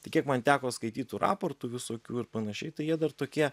tai kiek man teko skaityt tų raportų visokių ir panašiai tai jie dar tokie